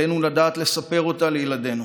עלינו לדעת לספר אותה לילדינו,